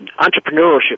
entrepreneurship